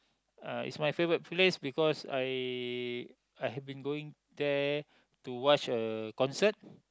uh is my favourite place because I I have been going there to watch a concert